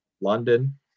London